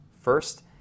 first